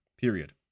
Period